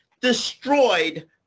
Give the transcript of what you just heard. destroyed